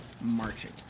marching